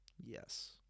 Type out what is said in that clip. Yes